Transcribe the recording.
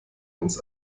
ins